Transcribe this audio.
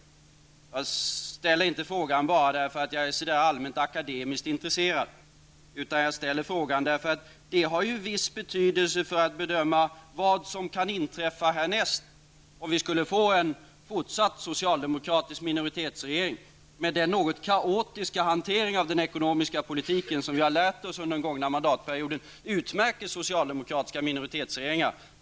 Jag ställer inte frågan för att jag allmänt är akademiskt intresserad av den, utan jag ställer frågan för att den har en viss betydelse för att bedöma vad som kan inträffa härnäst om vi skulle få en fortsatt socialdemokratisk minoritetsregering. Den något kaotiska hantering av den ekonomiska politiken -- som vi har sett under den gångna mandatperioden -- utmärker socialdemokratiska minoritetsregeringar.